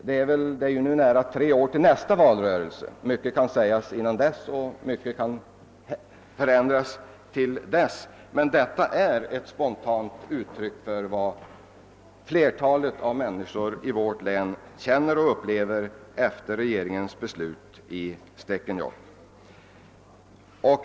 Det är nu nära tre år till nästa valrörelse, och mycket kan sägas innan dess och mycket kan ändras också, men det som i detta fall sägs i VF är ett spontant uttryck för vad flertalet människor i vårt län känner och upplever efter regeringens beslut i fråga om Stekenjokk.